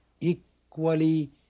equally